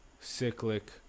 cyclic